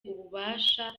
ububasha